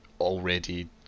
already